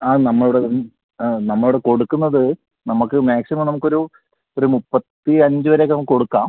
ആ നമ്മളിവിടെ നമ്മളിവിടെ കൊടുക്കുന്നത് നമുക്ക് മാക്സിമം നമുക്കൊരു ഒരു മുപ്പത്തി അഞ്ച് വരെയൊക്കെ നമുക്ക് കൊടുക്കാം